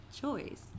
choice